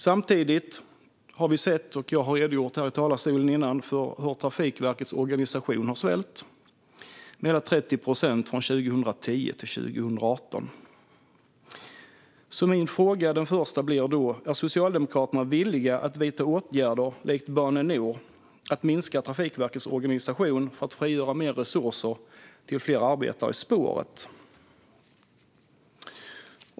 Samtidigt har jag tidigare i talarstolen redogjort för, och vi har sett, hur Trafikverkets organisation har svällt med 30 procent mellan 2010 och 2018. Är Socialdemokraterna villiga att vidta åtgärder, likt Bane Nor, att minska Trafikverkets organisation för att frigöra mer resurser till fler arbetare i spåret?